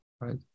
right